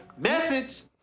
Message